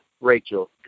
Rachel